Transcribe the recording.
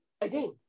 again